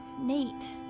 Nate